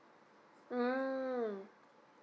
mm